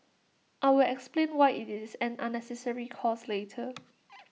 I'll explain why IT is an unnecessary cost later